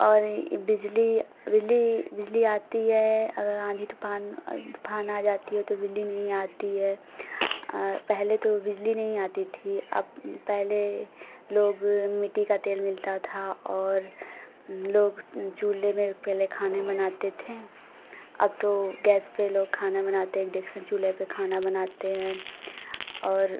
और ए ये बिजली बिली बिजली आती है अगर आँधी तूफ़ान तूफ़ान आ जाता है तो बिजली नहीं आती है पहले तो बिजली नहीं आती थी अब पहले लोग मिट्टी का तेल मिलता था और लोग चूल्हे में पहले खाना बनाते थे अब तो गैस पर लोग खाना बनाते इण्डक्शन चूल्हा पर खाना बनाते हैं और